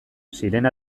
sirena